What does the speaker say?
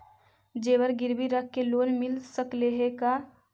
जेबर गिरबी रख के लोन मिल सकले हे का?